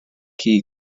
key